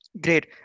Great